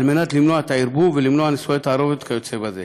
כדי למנוע ערבוב, נישואי תערובת וכיוצא בהם.